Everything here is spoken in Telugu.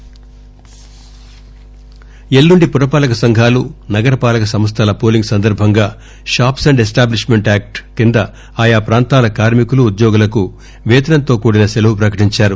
పెయిడ్ హాలిడే ఎల్లుండి పురపాలక సంఘాలు నగర పాలక సంస్థల పోలింగ్ సందర్బంగా shops and establishments act కింద ఆయా ప్రాంతాల కార్మికులు ఉద్యోగులకు వేతనంతో కూడిన సెలవు ప్రకటించారు